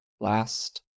last